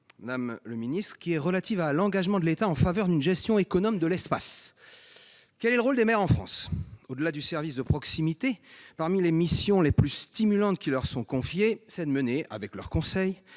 madame le ministre. Elle est relative à l'engagement de l'État en faveur d'une gestion économe de l'espace. Quel est le rôle des maires en France ? Au-delà du service de proximité, parmi les missions les plus stimulantes qui leur sont confiées, c'est de mener, avec leur conseil,